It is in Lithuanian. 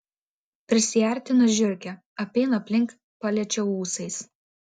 prisiartina žiurkė apeina aplink paliečia ūsais